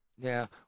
Now